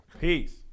peace